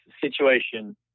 situation